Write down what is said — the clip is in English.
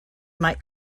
might